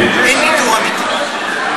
אין ניטור אמיתי,